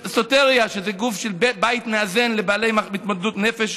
"סוטריה" זה גוף של בית מאזן לבעלי התמודדות עם הנפש,